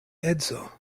edzo